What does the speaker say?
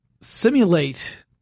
simulate